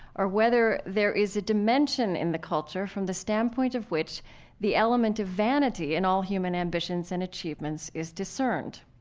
or whether there is a dimension in the culture from the standpoint of which the element of vanity and all human ambitions and achievements is discerned.